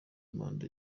manda